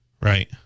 right